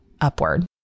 upward